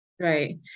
right